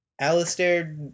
Alistair